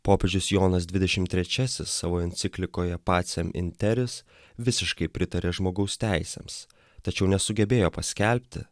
popiežius jonas dvidešim trečiasis savo enciklikoje pacem interis visiškai pritaria žmogaus teisėms tačiau nesugebėjo paskelbti